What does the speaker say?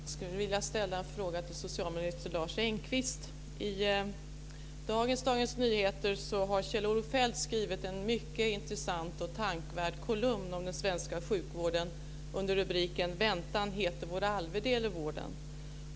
Herr talman! Jag skulle vilja ställa en fråga till socialminister Lars Engqvist. I dagens Dagens Nyheter har Kjell-Olof Feldt skrivit en mycket intressant och tänkvärd kolumn om den svenska sjukvården under rubriken "Väntan heter vår arvedel i vården".